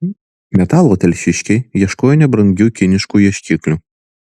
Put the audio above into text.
metalo telšiškiai ieškojo nebrangiu kinišku ieškikliu